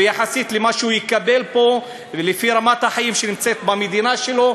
ויחסית למה שהוא יקבל פה ולפי רמת החיים במדינה שלו,